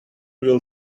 will